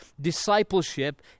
discipleship